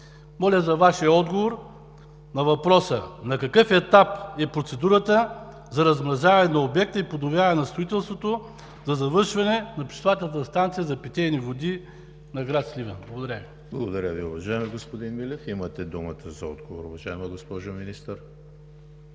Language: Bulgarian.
Моля за Вашия отговор на въпроса: на какъв етап е процедурата за размразяване на обекта и подновяване на строителството за завършване на пречиствателната станция за питейни води на град Сливен? Благодаря Ви. ПРЕДСЕДАТЕЛ ЕМИЛ ХРИСТОВ: Благодаря Ви, уважаеми господин Милев. Имате думата за отговор, уважаема госпожо Министър.